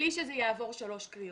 בלי שזה יעבור שלוש קריאות.